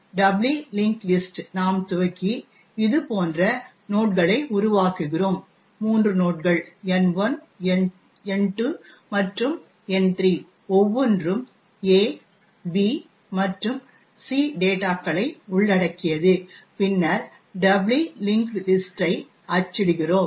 doubly linked லிஸஂடஂடை நாம் துவக்கி இது போன்ற நோட்களை உருவாக்குகிறோம் மூன்று நோட்கள் N1 N2 மற்றும் N3 ஒவ்வொன்றும் A B மற்றும் C டேட்டாக்களை உள்ளடக்கியது பின்னர் டபுளி லிஙஂகஂடஂ லிஸஂடஂடை அச்சிடுகிறோம்